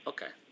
Okay